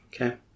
Okay